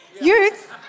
youth